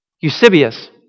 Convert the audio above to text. Eusebius